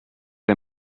era